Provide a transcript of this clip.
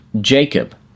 Jacob